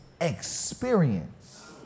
experience